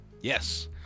Yes